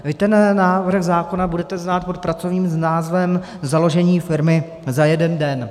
Vy ten návrh zákona budete znát pod pracovním názvem založení firmy za jeden den.